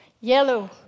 Yellow